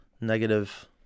negative